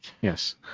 Yes